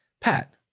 Pat